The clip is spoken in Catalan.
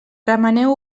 remeneu